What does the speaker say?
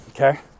okay